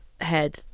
head